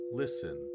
listen